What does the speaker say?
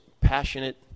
passionate